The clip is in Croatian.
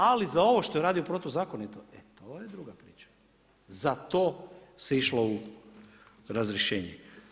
Ali za ovo što je radio protuzakonito, e to je druga priča, za to se išlo u razrješenje.